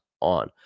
ON